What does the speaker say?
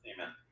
Amen